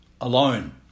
alone